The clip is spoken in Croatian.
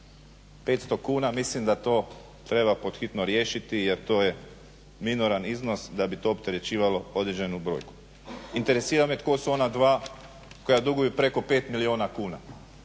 500 kuna, mislim da to treba pod hitno riješiti, jer to je minoran iznos da bi to opterećivalo određenu brojku. Interesira me tko su ona dva koja duguju preko 5 milijuna kuna.